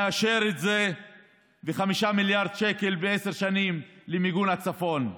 מאשר את זה ו-5 מיליארד שקל בעשר שנים למיגון הצפון.